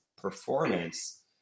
performance